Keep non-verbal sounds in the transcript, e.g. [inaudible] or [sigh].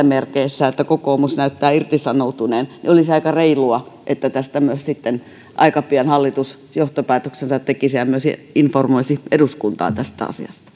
[unintelligible] merkeissä että kokoomus näyttää irtisanoutuneen olisi aika reilua että tästä aika pian hallitus johtopäätöksensä tekisi ja myös informoisi eduskuntaa tästä asiasta